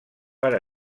per